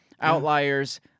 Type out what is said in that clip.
outliers